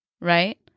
right